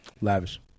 Lavish